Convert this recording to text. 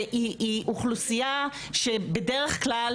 והיא אוכלוסייה שבדרך כלל